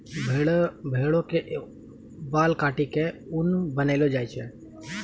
भेड़ के बाल काटी क ऊन बनैलो जाय छै